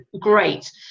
great